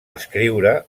escriure